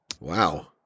Wow